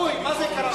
ראוי, מה זה כראוי?